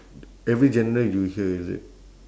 every genre you hear is it